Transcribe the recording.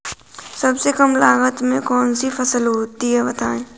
सबसे कम लागत में कौन सी फसल होती है बताएँ?